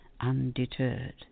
undeterred